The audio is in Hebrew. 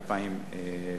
ל-2012.